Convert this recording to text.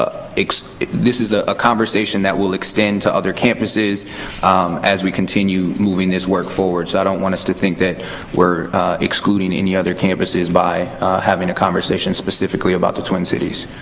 is ah a conversation that will extend to other campuses as we continue moving this work forward. i don't want us to think that we're excluding any other campuses by having a conversation specifically about the twin cities.